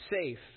safe